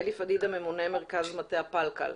יושב אתה אלי פדידה ממונה מרכז מטב הפלקל,